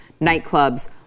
nightclubs